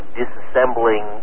disassembling